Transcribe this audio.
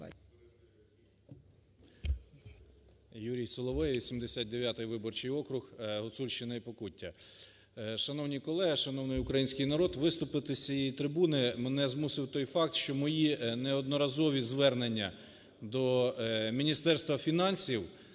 Юрій Соловей, 89 виборчий округ, Гуцульщина і Покуття. Шановні колеги! Шановний український народ! Виступити з цієї трибуни мене змусив той факт, що мої неодноразові звернення до Міністерства фінансів,